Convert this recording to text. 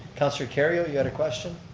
counselor kerrio you had a question.